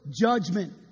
judgment